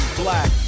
black